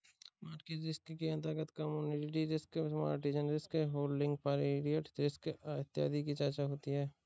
market risk के अंतर्गत commodity risk, margin risk, holding period risk इत्यादि की चर्चा होती है